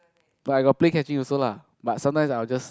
but I got play catching also lah but sometimes I'll just